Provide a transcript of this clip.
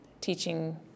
teaching